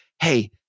hey